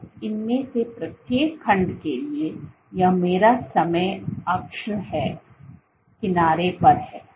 और इनमें से प्रत्येक खंड के लिए यह मेरा समय अक्ष है किनारे पर है